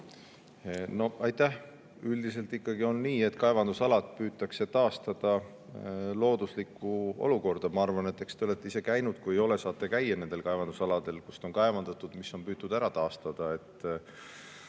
ei? Aitäh! Üldiselt ikkagi on nii, et kaevandusaladel püütakse taastada looduslik olukord. Ma arvan, et eks te olete ise käinud, kui ei ole, saate käia nendel kaevandusaladel, kust on kaevandatud ja mida on püütud taastada.